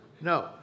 No